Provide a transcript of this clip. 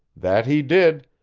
that he did,